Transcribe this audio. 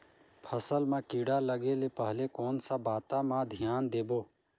फसल मां किड़ा लगे ले पहले कोन सा बाता मां धियान देबो?